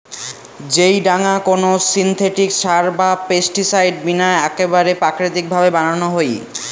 যেই ডাঙা কোনো সিনথেটিক সার বা পেস্টিসাইড বিনা আকেবারে প্রাকৃতিক ভাবে বানানো হই